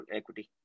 equity